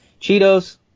Cheetos